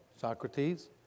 Socrates